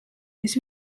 kes